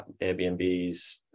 airbnbs